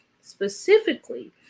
specifically